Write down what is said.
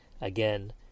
again